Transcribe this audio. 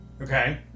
Okay